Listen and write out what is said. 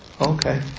Okay